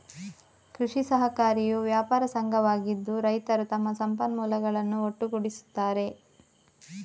ಕೃಷಿ ಸಹಕಾರಿಯು ವ್ಯಾಪಾರ ಸಂಘವಾಗಿದ್ದು, ರೈತರು ತಮ್ಮ ಸಂಪನ್ಮೂಲಗಳನ್ನು ಒಟ್ಟುಗೂಡಿಸುತ್ತಾರೆ